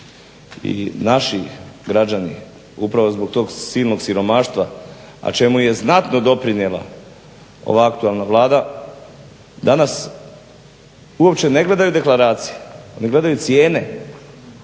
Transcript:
I naši građani upravo zbog tog silnog siromaštva, a čemu je znatno doprinijela ova aktualna Vlada danas uopće ne gledaju deklaracije, oni gledaju cijene.